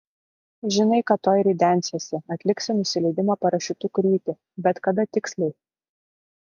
žinai kad tuoj ridensiesi atliksi nusileidimo parašiutu krytį bet kada tiksliai